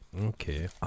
Okay